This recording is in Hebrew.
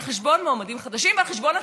על חשבון מועמדים חדשים ועל חשבון הציבור,